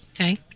okay